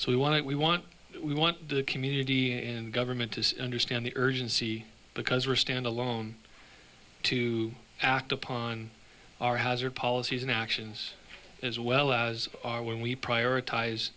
so we want it we want we want the community and government to understand the urgency because we're standalone to act upon our hazard policies and actions as well as our when we prioritize